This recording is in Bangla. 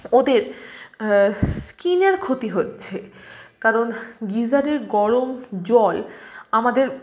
ওদের স্কিনের ক্ষতি হচ্ছে কারণ গিজারের গরম জল আমাদের